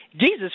Jesus